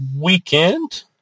weekend